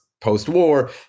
post-war